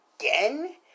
Again